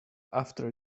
after